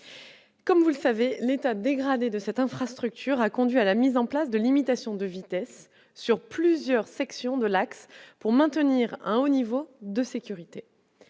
comme vous le savez l'état dégradé de cette infrastructure a conduit à la mise en place de limitation de vitesse sur plusieurs sections de l'axe pour maintenir un haut niveau de sécurité,